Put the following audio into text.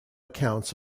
accounts